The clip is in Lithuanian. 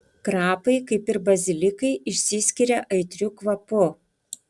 krapai kaip ir bazilikai išsiskiria aitriu kvapu